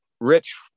rich